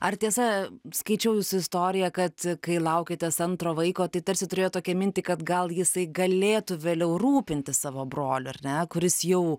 ar tiesa skaičiau jūsų istoriją kad kai laukėtės antro vaiko tai tarsi turėjot tokią mintį kad gal jisai galėtų vėliau rūpintis savo broliu ar ne kuris jau